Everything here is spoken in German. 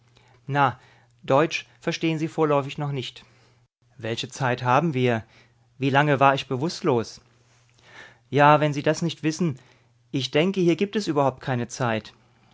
na deutsch verstehen sie vorläufig noch nicht welche zeit haben wir wie lange war ich bewußtlos ja wenn sie das nicht wissen ich denke hier gibt es überhaupt keine zeit